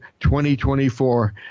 2024